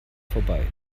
vorbei